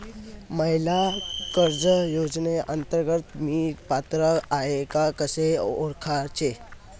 महिला कर्ज योजनेअंतर्गत मी पात्र आहे का कसे ओळखायचे?